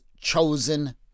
chosen